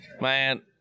Man